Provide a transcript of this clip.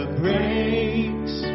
breaks